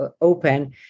open